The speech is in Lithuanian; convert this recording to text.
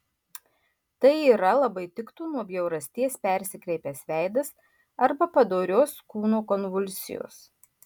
tai yra labai tiktų nuo bjaurasties persikreipęs veidas arba padorios kūno konvulsijos